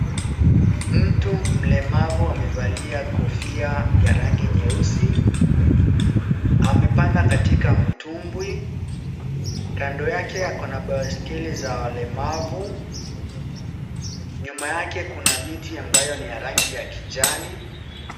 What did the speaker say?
Mtu mlemavu amevalia kofia ya rangi nyeusi. Amepanda katika mtumbwi. Kando yake ako na baiskeli za walemavu. Nyuma yake kuna miti ambayo ni ya rangi ya kijani.